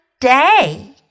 day